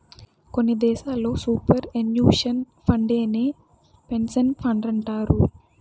కొన్ని దేశాల్లో superannuation ఫండేనే పెన్సన్ ఫండంటారు